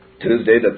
Tuesday